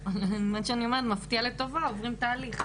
מפתיע לטובה, עוברים תהליך.